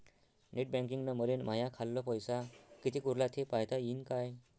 Net बँकिंगनं मले माह्या खाल्ल पैसा कितीक उरला थे पायता यीन काय?